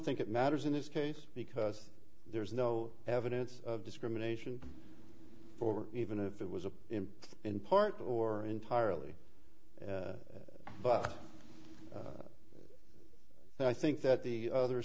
think it matters in this case because there is no evidence of discrimination for even if it was a in part or entirely but i think that the other